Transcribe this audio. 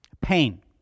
Pain